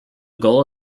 goal